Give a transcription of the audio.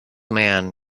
man